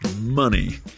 money